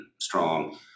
strong